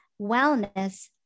wellness